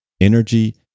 energy